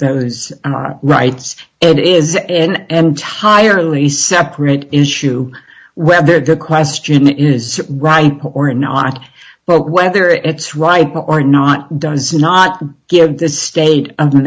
those rights it is and hire a separate issue whether the question is right or not but whether it's right or not does not give the state of